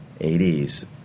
80s